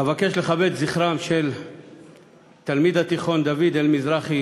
אבקש לכבד את זכרם של תלמיד התיכון דוד-אל מזרחי,